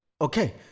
Okay